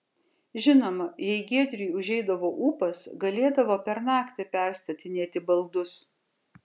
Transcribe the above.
žinoma jei giedriui užeidavo ūpas galėdavo per naktį perstatinėti baldus